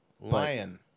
Lion